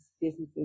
businesses